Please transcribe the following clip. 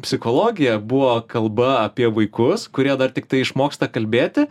psichologiją buvo kalba apie vaikus kurie dar tiktai išmoksta kalbėti